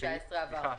התשע"א- 2001,